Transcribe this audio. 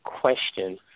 question